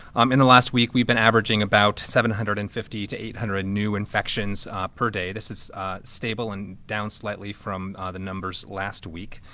um in the last week we've been averaging about seven hundred and fifty to eight hundred new infections per day. this is stable and down slightly from the numbers last week.